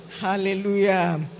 Hallelujah